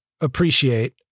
appreciate